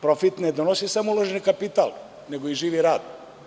Profit ne donosi samo uloženi kapital nego i živi radnik.